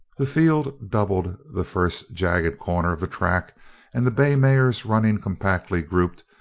the field doubled the first jagged corner of the track and the bay mares, running compactly grouped,